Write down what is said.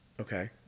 Okay